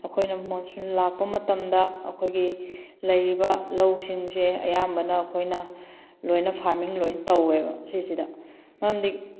ꯑꯩꯈꯣꯏꯅ ꯃꯨꯟꯁꯨꯟ ꯂꯥꯛꯄ ꯃꯇꯝꯗ ꯑꯩꯈꯣꯏꯒꯤ ꯂꯩꯔꯤꯕ ꯂꯧꯁꯤꯡꯁꯦ ꯑꯌꯥꯝꯕꯅ ꯑꯩꯈꯣꯏꯅ ꯂꯣꯏꯅ ꯐꯥꯔꯃꯤꯡ ꯂꯣꯏꯅ ꯇꯧꯋꯦꯕ ꯁꯤꯁꯤꯗ ꯃꯔꯝꯗꯤ